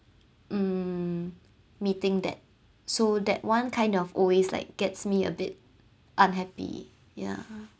um meeting that so that one kind of always like gets me a bit unhappy ya